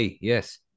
yes